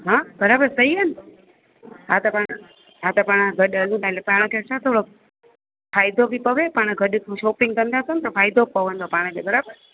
हा बराबरि सही आहे न हा त पाण हा त पाण गॾु हलूं था हले के पाण खे छा थोरो फ़ाइदो बि पवे पाण गॾु शॉपिंग कंदासूं त गॾु फ़ाइदो बि पवंदो पाण खे बराबरि